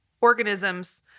organisms